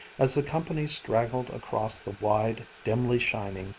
as the company straggled across the wide, dimly shining,